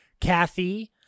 Kathy